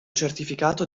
certificato